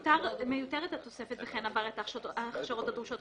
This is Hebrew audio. מיותרת התוספת: וכן עבר את ההכשרות הדרושות,